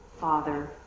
Father